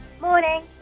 Morning